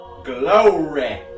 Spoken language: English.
Glory